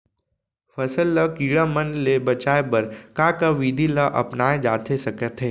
फसल ल कीड़ा मन ले बचाये बर का का विधि ल अपनाये जाथे सकथे?